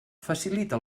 facilita